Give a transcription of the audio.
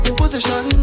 position